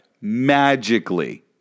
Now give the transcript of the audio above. Magically